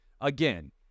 Again